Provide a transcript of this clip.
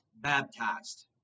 baptized